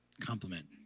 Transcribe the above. compliment